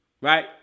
right